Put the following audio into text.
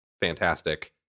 fantastic